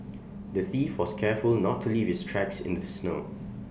the thief was careful to not leave his tracks in the snow